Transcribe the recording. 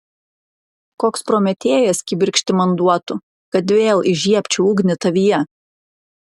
koks prometėjas kibirkštį man duotų kad vėl įžiebčiau ugnį tavyje